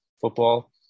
football